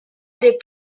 des